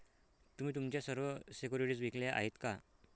तुम्ही तुमच्या सर्व सिक्युरिटीज विकल्या आहेत का?